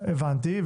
הבנתי.